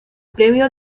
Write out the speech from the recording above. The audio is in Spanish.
premio